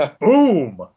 Boom